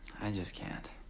i just can't.